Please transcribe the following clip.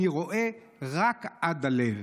אני רואה רק עד הלב.